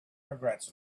regrets